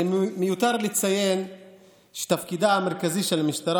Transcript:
הרי מיותר לציין שתפקידה המרכזי של המשטרה